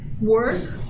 work